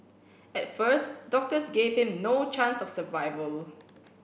at first doctors gave him no chance of survival